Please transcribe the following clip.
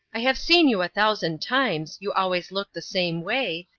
i have seen you a thousand times, you always look the same way,